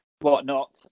whatnot